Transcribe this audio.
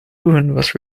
was